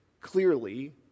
clearly